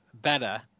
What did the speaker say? better